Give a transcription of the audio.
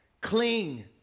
Cling